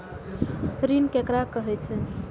ऋण ककरा कहे छै?